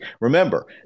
Remember